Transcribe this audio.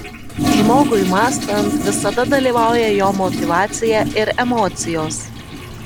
žmogui mąstant visada dalyvauja jo motyvacija ir emocijos